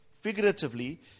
figuratively